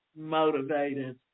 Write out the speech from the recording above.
motivated